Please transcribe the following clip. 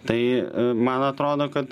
tai man atrodo kad